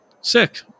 Sick